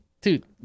dude